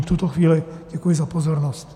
V tuto chvíli děkuji za pozornost.